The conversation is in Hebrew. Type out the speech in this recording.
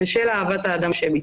בשל אהבת האדם שלי.